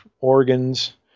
organs